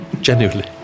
genuinely